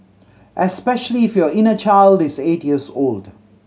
especially if your inner child is eight years old